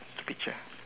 speech ah